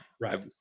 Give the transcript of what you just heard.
Right